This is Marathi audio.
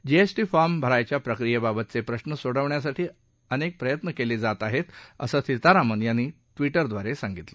जीएसांची फॉम भरण्याच्या प्रक्रियेबाबतचे प्रश्न सोडवण्यासाठी अनेक प्रयत्न केले जात आहेत असं सीतारामन यांनी िविव्वारे सांगितलं